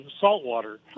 saltwater